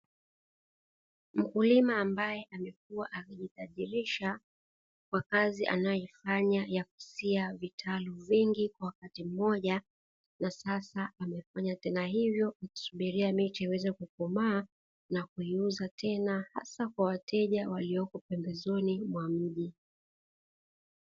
Mkulima ambaye amekuwa akijitajirisha kwa kazi anayoifanya ya kusia vitalu vingi kwa wakati mmoja na sasa amefanya tena hivyo akisubiria miche iweze kukomaa na kuiuza tena hasa kwa wateja walioko pembezoni mwa mji.